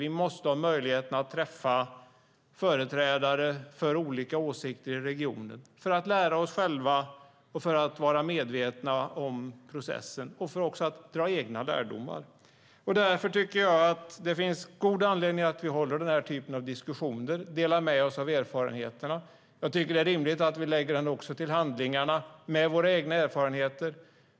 Vi måste ha möjligheten att träffa företrädare för olika åsikter i regionen för att lära oss själva, för att vara medvetna om processen och för att dra egna lärdomar. Därför tycker jag att det finns all anledning för oss att föra denna typ av diskussioner och att vi delar med oss av erfarenheterna. Jag tycker att det är rimligt att vi lägger detta till handlingarna med våra egna erfarenheter.